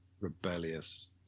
rebellious